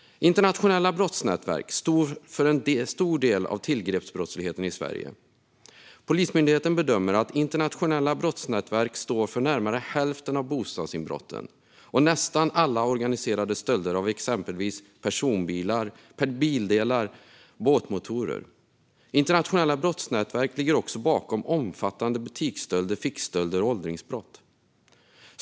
Internationella brottsnätverk står för en stor del av tillgreppsbrottsligheten i Sverige. Polismyndigheten bedömer att internationella brottsnätverk står för närmare hälften av bostadsinbrotten och nästan alla organiserade stölder av exempelvis personbilar, bildelar och båtmotorer. Internationella brottsnätverk ligger också bakom omfattande butiksstölder, fickstölder och åldringsbrott.